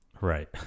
Right